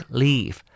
leave